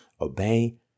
Obey